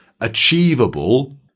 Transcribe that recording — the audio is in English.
achievable